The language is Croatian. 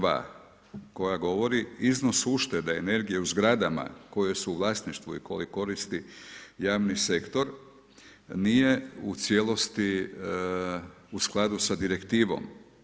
2. koja govori, iznos uštede energije u zgradama koje su u vlasništvu i koje koristi javni sektor nije u cjelosti u skladu sa direktivom.